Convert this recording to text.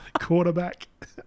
Quarterback